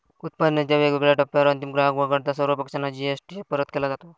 उत्पादनाच्या वेगवेगळ्या टप्प्यांवर अंतिम ग्राहक वगळता सर्व पक्षांना जी.एस.टी परत केला जातो